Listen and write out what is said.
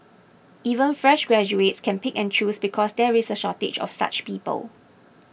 even fresh graduates can pick and choose because there is a shortage of such people